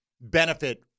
benefit